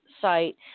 site